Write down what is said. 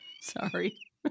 Sorry